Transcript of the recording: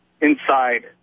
inside